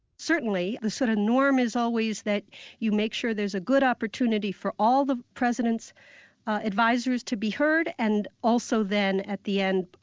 certainly. the sort of norm is always that you make sure there is a good opportunity for all the president's advisers to be heard and also then, at the end,